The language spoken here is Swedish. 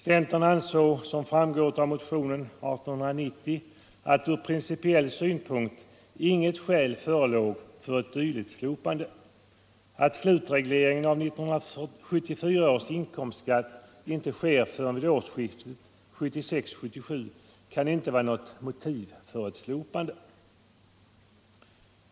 Centern ansåg, som framgår av motionen 1974:1890, att ur principiell synpunkt inget skäl förelåg för ett dylikt slopande. Att slutreglering av 1974 års inkomstskatt inte sker förrän vid årsskiftet 1976-1977 kan inte vara något motiv för ett slopande.